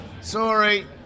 Sorry